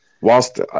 Whilst